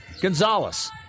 Gonzalez